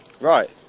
Right